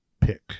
pick